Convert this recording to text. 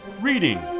Reading